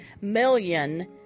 million